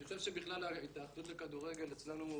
אני חושב שבכלל ההתאחדות לכדורגל אצלנו,